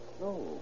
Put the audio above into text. No